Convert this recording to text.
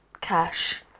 cash